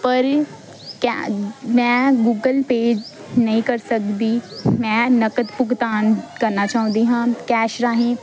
ਪਰ ਕੈ ਮੈਂ ਗੂਗਲ ਪੇ ਨਹੀਂ ਕਰ ਸਕਦੀ ਮੈਂ ਨਕਦ ਭੁਗਤਾਨ ਕਰਨਾ ਚਾਹੁੰਦੀ ਹਾਂ ਕੈਸ਼ ਰਾਹੀਂ